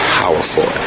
powerful